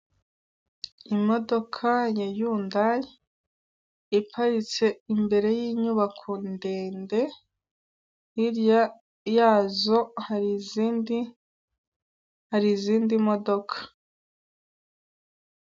Imodoka ya yundayi iparitse imbere y'inyubako ndende hirya yazo hari izindi, hari izindi modoka.